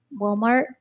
Walmart